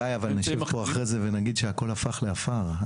גיא, אבל נשב פה אחרי זה ונגיד שהכל הפך לעפר.